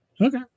Okay